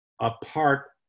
apart